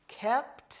kept